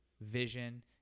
vision